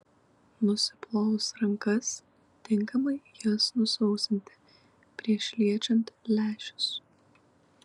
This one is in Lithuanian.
nusiplovus rankas tinkamai jas nusausinti prieš liečiant lęšius